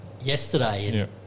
yesterday